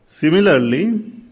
Similarly